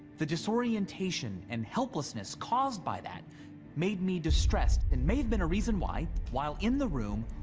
the disorientation and helplessness caused by that made me distressed, and may have been a reason why, while in the room,